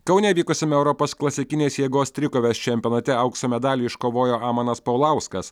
kaune vykusiame europos klasikinės jėgos trikovės čempionate aukso medalį iškovojo amanas paulauskas